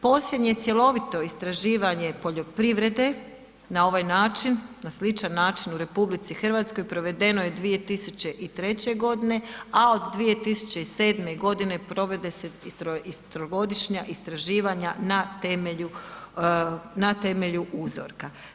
Posljednje cjelovito istraživanje poljoprivrede na ovaj način, na sličan način u RH provedeno je 2003. godine, a od 2007. godine provode se i trogodišnja istraživanja na temelju uzorka.